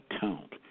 count